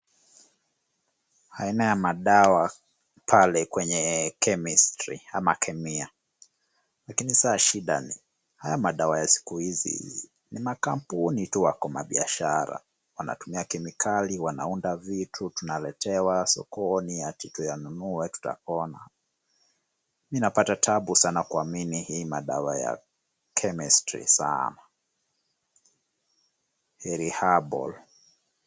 Aina ya madawa pale kwenye chemistry ama kemia. Lakini saa shida ni haya madawa ya siku hizi ni makampuni tu wako biashara. Wanatumia kemikali wanaunda vitu tunaletewa sokoni ati tuyanunue tutapona. Mi napata taabu sana kuamini hii madawa ya chemistry sana, heri herbal .